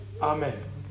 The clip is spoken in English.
Amen